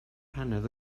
paned